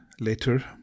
Later